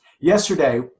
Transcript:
Yesterday